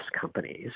companies